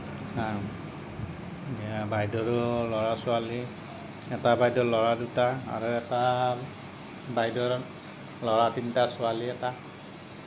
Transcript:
বাইদেউৰো ল'ৰা ছোৱালী এটা বাইদেউৰ ল'ৰা দুটা আৰু এটা বাইদেউৰ ল'ৰা তিনিটা ছোৱালী এটা